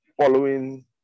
following